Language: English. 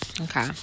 Okay